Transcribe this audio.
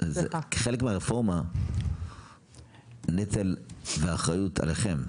חלק מהרפורמה הוא נטל ואחריות עליכם.